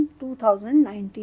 2019